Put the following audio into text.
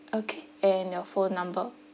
okay and your phone number